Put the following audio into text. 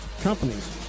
companies